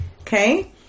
Okay